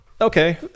okay